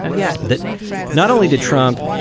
ah yeah. that not only did trump